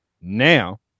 now